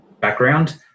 background